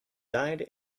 died